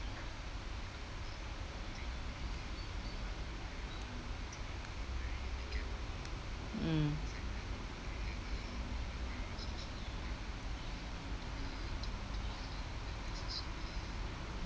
mm